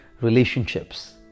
relationships